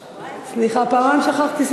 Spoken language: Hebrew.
שבועיים, סליחה, פעמיים שכחתי,